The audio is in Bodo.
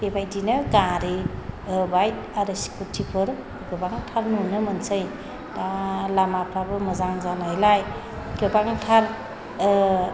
बेबायदिनो गारि होबाय आरो स्कुटिफोर गोबांथार नुनो मोनोसै दा लामाफोराबो मोजां जानायलाय गोबांथार